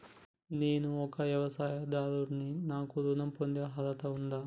నేను ఒక వ్యవసాయదారుడిని నాకు ఋణం పొందే అర్హత ఉందా?